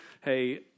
hey